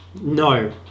No